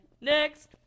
next